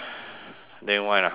then one and a half hour